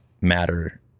matter